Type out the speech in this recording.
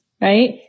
right